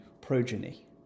progeny